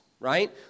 right